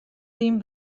dyn